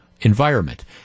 environment